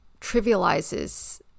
trivializes